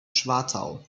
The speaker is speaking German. schwartau